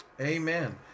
Amen